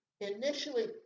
initially